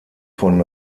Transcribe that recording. von